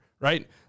Right